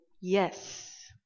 yes